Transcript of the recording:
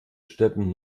städten